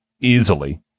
easily